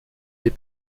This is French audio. les